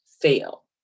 fail